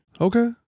Okay